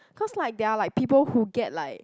cause like there are like people who get like